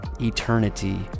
eternity